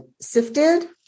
sifted